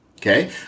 Okay